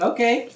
Okay